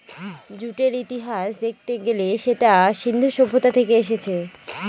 জুটের ইতিহাস দেখতে গেলে সেটা সিন্ধু সভ্যতা থেকে এসেছে